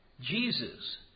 Jesus